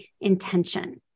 intention